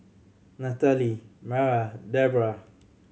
Nathaly Mara Debrah